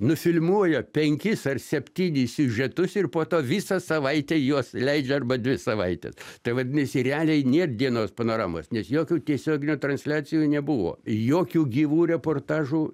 nufilmuoja penkis ar septynis siužetus ir po to visą savaitę juos leidžia arba dvi savaite tai vadinasi realiai nėr dienos panoramas nes jokių tiesioginių transliacijų nebuvo jokių gyvų reportažų